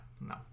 no